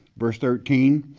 verse thirteen,